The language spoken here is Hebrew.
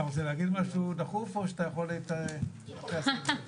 אתה רוצה להגיד משהו דחוף או שאתה יכול אחרי זה?